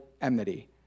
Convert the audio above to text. enmity